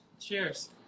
Cheers